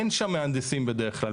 אין שם מהנדסים בדרך כלל.